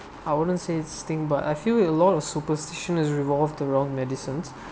I wouldn't say it's thing but I feel a lot of superstition is evolved around medicine